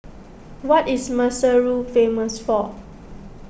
what is Maseru famous for